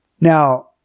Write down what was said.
Now